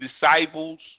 disciples